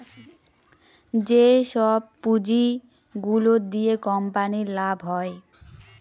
যেসব পুঁজি গুলো দিয়া কোম্পানির লাভ হয়